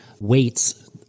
weights